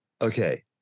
okay